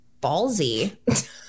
ballsy